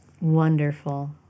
Wonderful